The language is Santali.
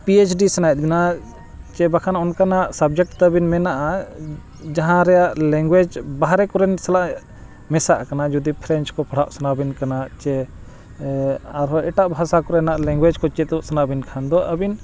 ᱯᱤ ᱮᱭᱤᱪ ᱰᱤ ᱥᱟᱱᱟᱭᱮᱫ ᱵᱮᱱᱟ ᱥᱮ ᱵᱟᱠᱷᱟᱱ ᱚᱱᱠᱟᱱᱟᱜ ᱥᱟᱵᱽᱡᱮᱠᱴ ᱛᱟᱹᱵᱤᱱ ᱢᱮᱱᱟᱜᱼᱟ ᱡᱟᱦᱟᱸ ᱨᱮᱭᱟᱜ ᱞᱮᱝᱜᱩᱭᱮᱡᱽ ᱵᱟᱦᱨᱮ ᱠᱚᱨᱮᱱ ᱥᱟᱞᱟᱜ ᱢᱮᱥᱟᱜ ᱠᱟᱱᱟ ᱡᱩᱫᱤ ᱯᱷᱨᱮᱧᱪ ᱠᱚ ᱯᱟᱲᱦᱟᱜ ᱥᱟᱱᱟᱵᱤᱱ ᱠᱟᱱᱟ ᱥᱮ ᱟᱨᱦᱚᱸ ᱮᱴᱟᱜ ᱵᱷᱟᱥᱟ ᱠᱚᱨᱮᱱᱟᱜ ᱞᱮᱝᱜᱩᱭᱮᱡᱽ ᱠᱚ ᱪᱮᱫᱚᱜ ᱥᱟᱱᱟᱵᱮᱱ ᱠᱷᱟᱱ ᱫᱚ ᱟᱹᱵᱤᱱ